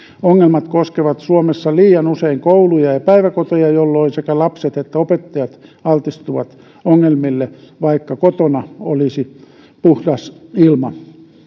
ongelmat koskevat suomessa liian usein kouluja ja päiväkoteja jolloin sekä lapset että opettajat altistuvat ongelmille vaikka kotona olisi puhdas ilma